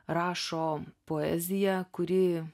rašo poeziją kuri